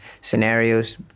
scenarios